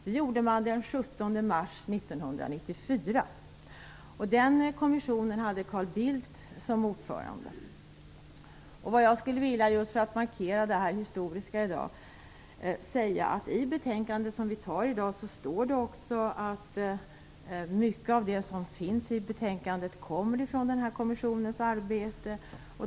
Det gjorde man den 17 mars 1994. Den kommissionen hade Carl Bildt som ordförande. För att markera det historiska i dag skulle jag vilja säga att det i det betänkande som vi i dag fattar beslut om också står att mycket i betänkandet kommer från kommissionens arbete.